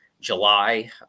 july